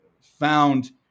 found